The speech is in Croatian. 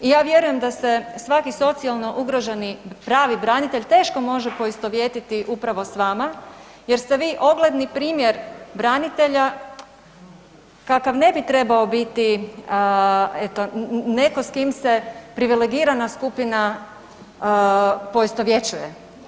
I ja vjerujem da se svaki socijalno ugroženi pravi branitelj teško može poistovjetiti upravo sa vama, jer ste vi ogledni primjer branitelja kakav ne bi trebao biti, netko s kim se privilegirana skupina poistovjećuje.